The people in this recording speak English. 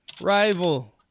rival